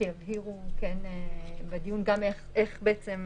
יחד עם משרד הביטחון וביטוח לאומי נוציא את התהליך,